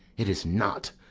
it is not,